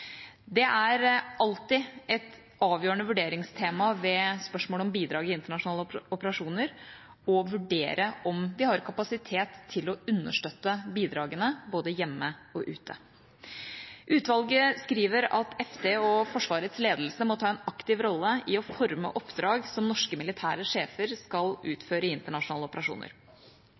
Det er alltid et avgjørende vurderingstema ved spørsmål om bidrag i internasjonale operasjoner å vurdere om vi har kapasitet til å understøtte bidragene både hjemme og ute. Utvalget skriver at Forsvarsdepartementet og Forsvarets ledelse må ta en aktiv rolle i å forme oppdrag som norske militære sjefer skal utføre i internasjonale operasjoner.